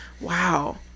Wow